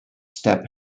step